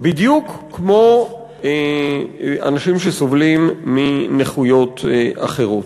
בדיוק כמו אנשים שסובלים מנכויות אחרות.